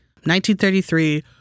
1933